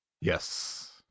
Yes